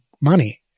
money